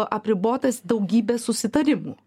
apribotas daugybe susitarimų